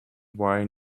while